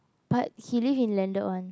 but he live in landed one